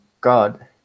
God